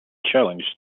challenged